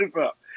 up